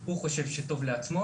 שהוא חושב שטוב לו,